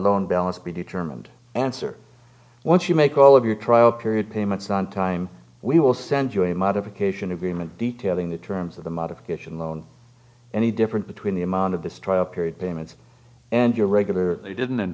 loan balance be determined answer once you make all of your trial period payments on time we will send you a modification agreement detailing the terms of the modification loan any different between the amount of this trial period payments and your regular they didn't in